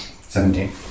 Seventeen